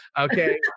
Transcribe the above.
Okay